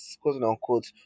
quote-unquote